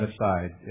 aside